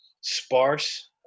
sparse